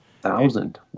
Thousand